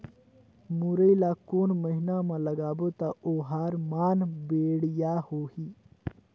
मुरई ला कोन महीना मा लगाबो ता ओहार मान बेडिया होही?